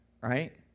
Right